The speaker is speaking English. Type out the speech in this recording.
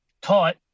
taught